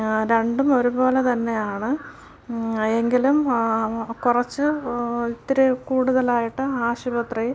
രണ്ടും ഒരുപോലെ തന്നെയാണ് എങ്കിലും കുറച്ച് ഇത്തിരി കൂടുതലായിട്ട് ആശുപത്രി